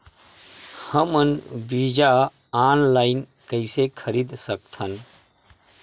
हमन बीजा ऑनलाइन कइसे खरीद सकथन?